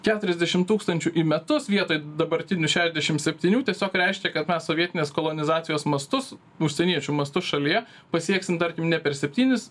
keturiasdešim tūkstančių į metus vietoj dabartinių šedešim septynių tiesiog reiškia kad mes sovietinės kolonizacijos mastus užsieniečių mastus šalyje pasieksim tarkim ne per septynis